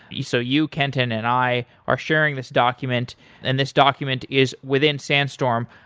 but you so you kenton and i are sharing this document and this document is within sandstorm.